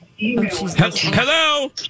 Hello